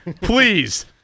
please